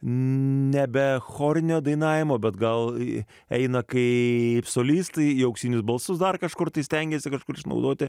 nebe chorinio dainavimo bet gal ji eina kaip solistai į auksinius balsus dar kažkur tai stengiasi kažkur išnaudoti